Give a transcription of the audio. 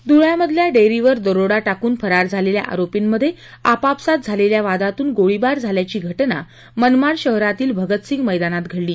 धुळ्यामधल्या डेअरीवर दरोडा टाकून फरार झालेल्या आरोपींमध्ये आपापसात झालेल्या वादातून गोळीबार झाल्याची घटना मनमाड शहरातील भगतिसंग मैदानात घडली